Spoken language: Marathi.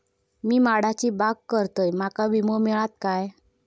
मी माडाची बाग करतंय माका विमो मिळात काय?